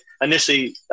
initially